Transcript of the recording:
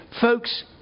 Folks